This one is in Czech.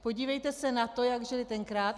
Podívejte se na to, jak žili tenkrát.